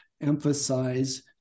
emphasize